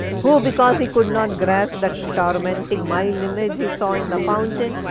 who because, he could not grasp the tormenting mild image he saw in the fountain,